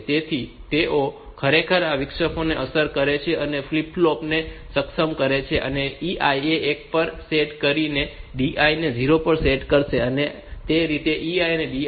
તેથી તેઓ ખરેખર આ વિક્ષેપને અસર કરે છે અને ફ્લિપ ફ્લોપ ને સક્ષમ કરે છે અને EI ને એક પર સેટ કરીને અને DI તેને 0 પર સેટ કરશે તે રીતે આ EI અને DI થશે